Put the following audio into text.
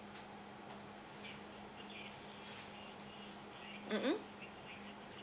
mm mm